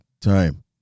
time